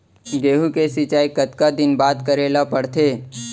गेहूँ के सिंचाई कतका दिन बाद करे ला पड़थे?